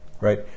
right